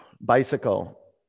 bicycle